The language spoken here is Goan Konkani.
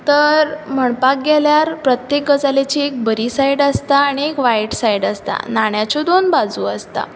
तर म्हणपाक गेल्यार प्रत्येक गजालीची एक बरी सायड आसता आनी एक वायट सायज आसता नाण्याच्यो दोन बाजू आसतां